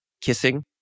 kissing